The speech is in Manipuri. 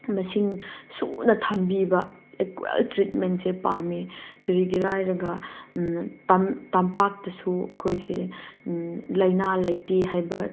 ꯃꯁꯤꯡ ꯁꯨꯅ ꯊꯝꯕꯤꯕ ꯏꯀ꯭ꯋꯦꯜ ꯇ꯭ꯔꯤꯠꯃꯦꯟꯁꯤ ꯄꯥꯝꯃꯤ ꯀꯔꯤꯒꯤꯔ ꯍꯥꯏꯔꯒ ꯇꯝꯄꯥꯛꯇꯁꯨ ꯑꯩꯈꯣꯏꯁꯦ ꯂꯥꯏꯅꯥ ꯂꯩꯇꯦ ꯍꯥꯏꯕ